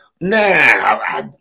nah